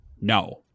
no